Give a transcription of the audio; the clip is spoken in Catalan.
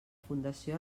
fundació